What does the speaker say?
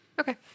Okay